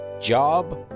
job